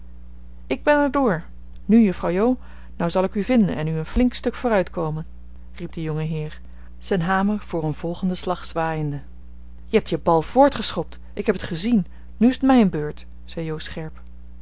ik ben er door nu juffrouw jo nou zal ik u vinden en u een flink stuk vooruitkomen riep de jongeheer zijn hamer voor een volgenden slag zwaaiende je hebt je bal voortgeschopt ik heb het gezien nu is t mijn beurt zei jo scherp